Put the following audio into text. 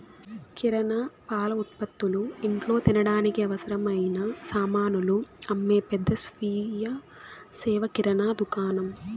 కిరణా, పాల ఉత్పతులు, ఇంట్లో తినడానికి అవసరమైన సామానులు అమ్మే పెద్ద స్వీయ సేవ కిరణా దుకాణం